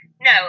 no